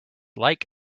like